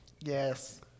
Yes